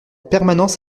permanence